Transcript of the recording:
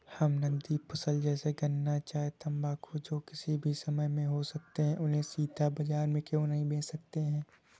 हम नगदी फसल जैसे गन्ना चाय तंबाकू जो किसी भी समय में हो सकते हैं उन्हें सीधा बाजार में क्यो नहीं बेच सकते हैं?